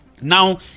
Now